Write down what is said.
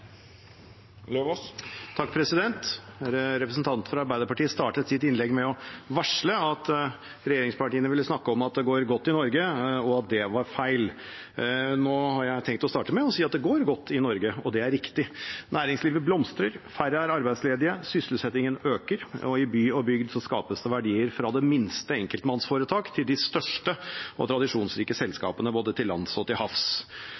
fra Arbeiderpartiet startet sitt innlegg med å varsle at regjeringspartiene ville snakke om at det går godt i Norge, og at det var feil. Nå har jeg tenkt å starte med å si at det går godt i Norge, og det er riktig. Næringslivet blomstrer, færre er arbeidsledige, sysselsettingen øker, og i by og bygd skapes det verdier fra det minste enkeltmannsforetak til de største og tradisjonsrike selskapene både til lands og til havs.